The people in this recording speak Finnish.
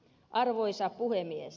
arvoisa puhemies